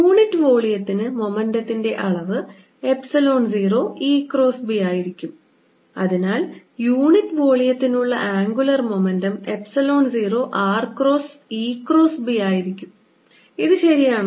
unit വോളിയത്തിന് മൊമെന്റത്തിൻറെ അളവ് എപ്സിലോൺ 0 E ക്രോസ് B ആയിരിക്കും അതിനാൽ യൂണിറ്റ് വോളിയത്തിന് ഉള്ള angular momentum epsilon 0 r cross E cross B ആയിരിക്കും ഇത് ഇത് ശരിയാണൊ